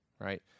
right